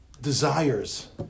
desires